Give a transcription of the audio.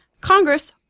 Congress